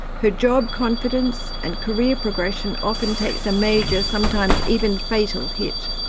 her job confidence and career progression often takes a major, sometimes even fatal, hit.